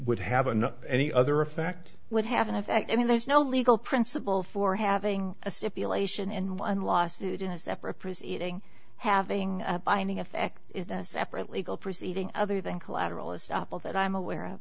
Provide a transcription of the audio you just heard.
would have and any other effect would have an effect i mean there's no legal principle for having a stipulation in one lawsuit in a separate proceeding having a binding effect is a separate legal proceeding other than collateral estoppel that i'm aware of